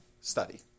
study